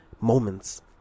moments